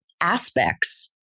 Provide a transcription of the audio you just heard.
aspects